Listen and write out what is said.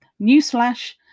newsflash